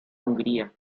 hungría